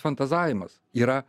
fantazavimas yra